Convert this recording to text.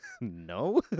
no